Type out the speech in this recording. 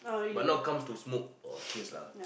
but now come to smoke !wah! fierce lah